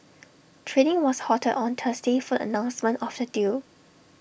trading was halted on Thursday for announcement of the deal